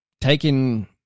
taking